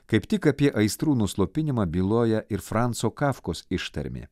kaip tik apie aistrų nuslopinimą byloja ir franco kafkos ištarmė